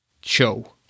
show